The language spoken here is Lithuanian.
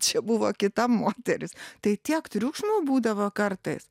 čia buvo kita moteris tai tiek triukšmo būdavo kartais